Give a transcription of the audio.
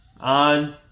on